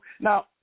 Now